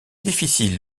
difficile